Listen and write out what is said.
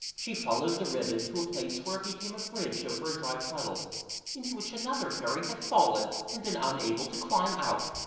she followed the ribbon to a place where it became a bridge over a dry puddle into which another fairy had fallen and been unable to climb out.